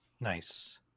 Nice